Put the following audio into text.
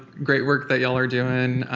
great work that y'all are doin'.